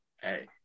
Hey